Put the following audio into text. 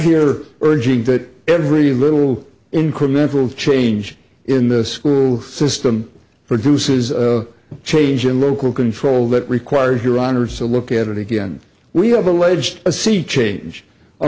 here urging that every little incremental change in the school system produces a change in local control that requires your honour's to look at it again we have alleged a sea change a